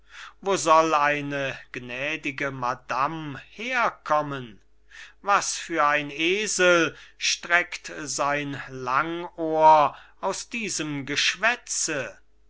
wo soll eine gnädige madam herkommen was für ein esel streckt sein langohr aus diesem geschwätze